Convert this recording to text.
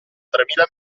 tremila